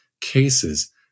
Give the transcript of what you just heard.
cases